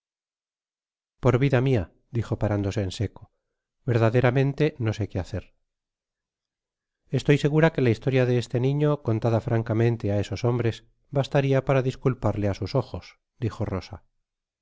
por vida mia dijo paráudose en seco verdaderamente no sé que hacer estoy segura jque la historia de este niño contada francamente á esos hombres bastaria para disculparle á sus ojos dijo llosa